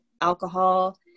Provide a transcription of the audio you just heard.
alcohol